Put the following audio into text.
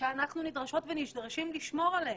שאנחנו נדרשות ונדרשים לשמור עליהם.